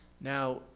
Now